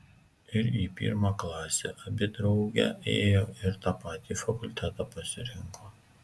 ir į pirmą klasę abi drauge ėjo ir tą patį fakultetą pasirinko